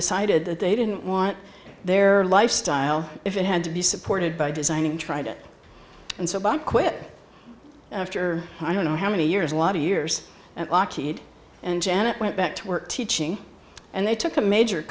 decided that they didn't want their lifestyle if it had to be supported by designing tried it and so buck quit after i don't know how many years a lot of years at lockheed and janet went back to work teaching and they took a major